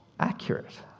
Accurate